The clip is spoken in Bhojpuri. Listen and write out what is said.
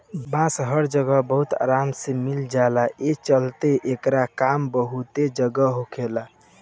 बांस हर जगह बहुत आराम से मिल जाला, ए चलते एकर काम बहुते जगह होखेला